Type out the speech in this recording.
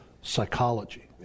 psychology